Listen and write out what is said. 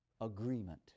agreement